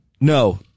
no